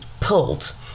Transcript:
pulled